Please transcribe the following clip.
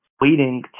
waiting